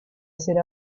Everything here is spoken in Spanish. hacer